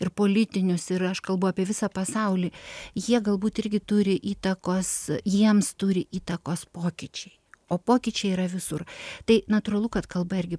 ir politinius ir aš kalbu apie visą pasaulį jie galbūt irgi turi įtakos jiems turi įtakos pokyčiai o pokyčiai yra visur tai natūralu kad kalba irgi